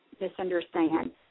misunderstand